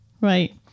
right